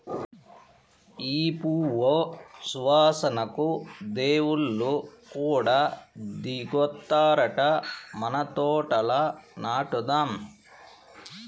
ఈ పువ్వు సువాసనకు దేవుళ్ళు కూడా దిగొత్తారట మన తోటల నాటుదాం